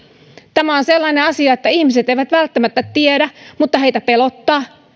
tämä on sellainen asia että ihmiset eivät välttämättä tiedä mutta heitä pelottaa